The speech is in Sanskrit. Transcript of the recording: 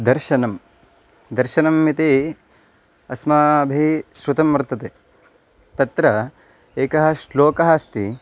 दर्शनं दर्शनम् इति अस्माभिः श्रुतं वर्तते तत्र एकः श्लोकः अस्ति